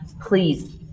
please